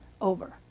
Over